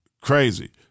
Crazy